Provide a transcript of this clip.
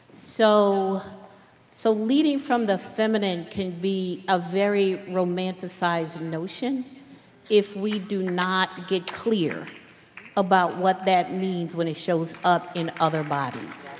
so so leading from the feminine can be a very romanticizeed notion if we do not get clear about what that means when it shows up in other bodies